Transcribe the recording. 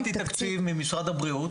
אני קיבלתי תקציב ממשרד הבריאות,